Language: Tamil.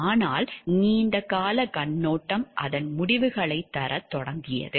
ஆனால் நீண்ட காலக் கண்ணோட்டம் அதன் முடிவுகளைத் தரத் தொடங்கியது